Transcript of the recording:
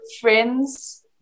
friends